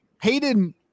Hayden